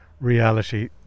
reality